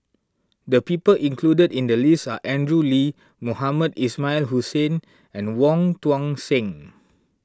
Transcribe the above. the people included in the list are Andrew Lee Mohamed Ismail Hussain and Wong Tuang Seng